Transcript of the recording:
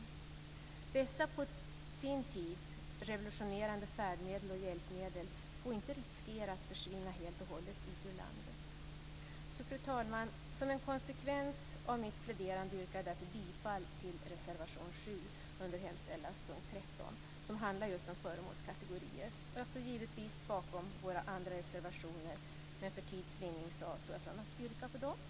Vi får inte riskera att dessa på sin tid revolutionerande färdmedel och hjälpmedel försvinner helt och hållet ut ur landet. Fru talman! Som en konsekvens av mitt pläderande yrkar jag därför bifall till reservation 7 under hemställanspunkt 13, som handlar just om föremålskategorier. Jag står givetvis bakom våra andra reservationer, men för tids vinning avstår jag från att yrka på dem.